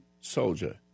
soldier